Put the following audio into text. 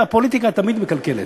והפוליטיקה תמיד מקלקלת.